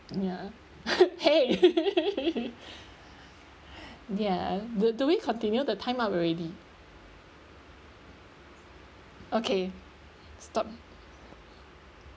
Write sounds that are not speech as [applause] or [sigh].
ya [laughs] !hey! [laughs] ya do do we continue the time up already okay stop